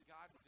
God